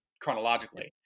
chronologically